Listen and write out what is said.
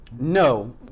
no